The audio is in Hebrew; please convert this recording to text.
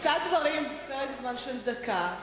יהיה חבר כנסת אחר שיציע הצעה אחרת ויישא דברים בפרק זמן של דקה.